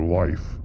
life